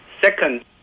Second